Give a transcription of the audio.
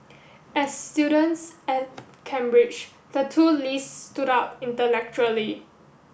as students at Cambridge the two lees stood out intellectually